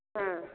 ହଁ